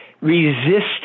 resist